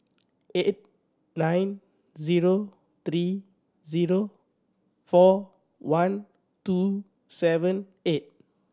eight nine zero three zero four one two seven eight